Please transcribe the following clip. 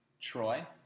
Troy